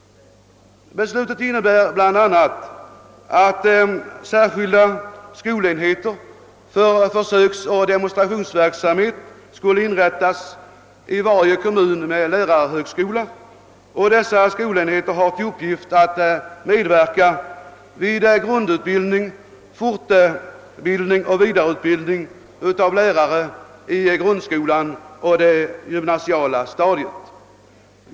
Beslutet innebär bl.a. att särskilda skolenheter för försöksoch demonstrationsverksamhet skulle inrättas i varje kommun med lärarhögskola, och dessa skolenheter har till uppgift att medverka vid grundutbildning, fortbildning och vidareutbildning av lärare i gruudskolan och på det gymnasiala stadiet.